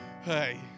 hey